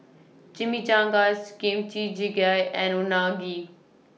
Chimichangas Kimchi Jjigae and Unagi